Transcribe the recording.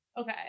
Okay